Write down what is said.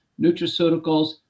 nutraceuticals